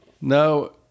No